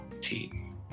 team